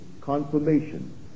confirmation